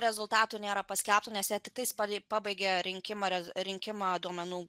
rezultatų nėra paskelbta nes jie tiktais pabaigė rinkimą rinkimą duomenų